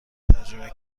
تجربه